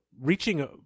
reaching